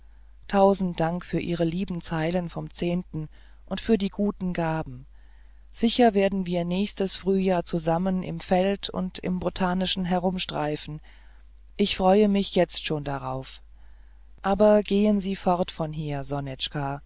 tausend dank für ihre lieben zeilen vom und für die guten gaben sicher werden wir nächstes frühjahr zusammen im feld und im botanischen herumstreifen ich freue mich jetzt schon darauf aber jetzt gehen sie fort von hier